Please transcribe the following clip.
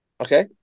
Okay